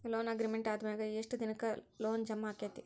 Loan agreement ಆದಮ್ಯಾಗ ಯೆಷ್ಟ್ ದಿನಕ್ಕ ಲೊನ್ ಜಮಾ ಆಕ್ಕೇತಿ?